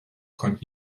konnten